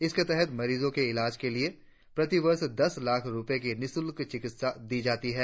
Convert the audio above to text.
इसके तहत मरीजों के इलाज के लिए प्रतिवर्ष दस लाख़ रुपये की निःशुल्क चिकित्सा दी जाती है